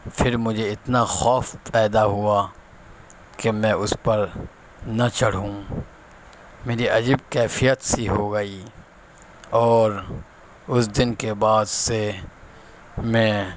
پھر مجھے اتنا خوف پیدا ہوا کہ میں اس پر نہ چڑھوں میری عجیب کیفیت سی ہو گئی اور اس دن کے بعد سے میں